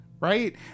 right